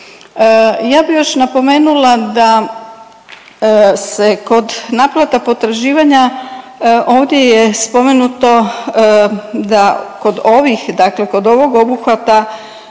Ja bi još napomenula da se kod naplata potraživanja ovdje je spomenuto da kod ovih,